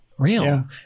Real